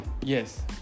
Yes